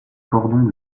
cordons